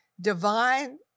Divine